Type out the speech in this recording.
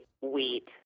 wheat